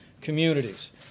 communities